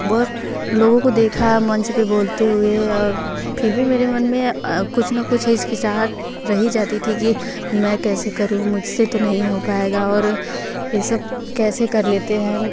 बहुत लोगों को देखा मंच पर बोलते हुए फिर भी मेरे मन में कुछ ना कुछ हिचकिचाहट रही जाती थी कि मैं कैसे करूँ मुझ से तो नहीं हो पाएगा और ये सब कैसे कर लेते हैं